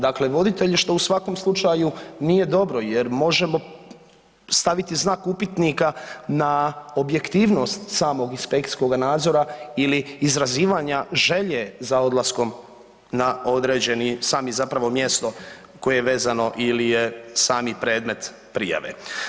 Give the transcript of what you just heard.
Dakle, voditelji što u svakom slučaju nije dobro, jer možemo staviti znak upitnika na objektivnost samog inspekcijskog nadzora ili izražavanja želje za odlaskom na određeni sami zapravo mjesto koje je vezano ili je sami predmet prijave.